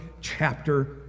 chapter